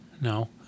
No